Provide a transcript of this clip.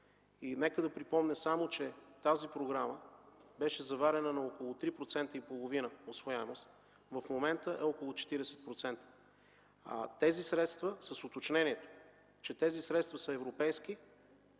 нека да припомня само, че тази програма беше заварена на около 3,5% усвояемост. В момента е около 40%, с уточнението, че тези средства са европейски.